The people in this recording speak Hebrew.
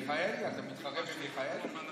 מיכאלי, אתה מתחרה במיכאלי?